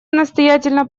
настоятельно